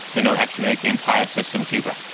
you know actually make the entire system cheaper.